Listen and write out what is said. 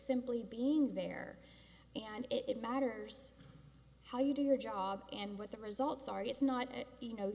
simply being there and it matters how you do your job and what the results are is not you know